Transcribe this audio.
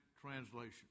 translation